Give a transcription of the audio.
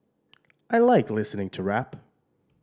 I like listening to rap